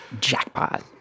jackpot